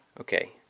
Okay